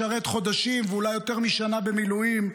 לשרת חודשים ואולי יותר משנה במילואים,